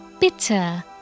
bitter